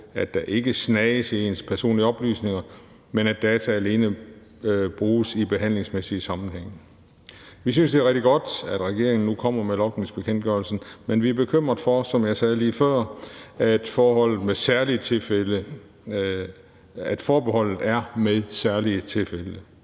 at der ikke snages i ens personlige oplysninger, men at data alene bruges i behandlingsmæssige sammenhænge. Vi synes, det er rigtig godt, at regeringen nu kommer med logningsbekendtgørelsen, men vi er, som jeg sagde lige før, bekymret for, at forbeholdet angår særlige tilfælde.